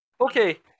Okay